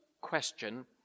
question